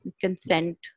consent